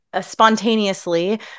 spontaneously